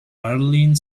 arlene